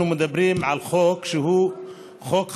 אנחנו מדברים על חוק שהוא חוק חשוב,